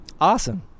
Awesome